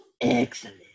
Excellent